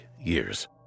years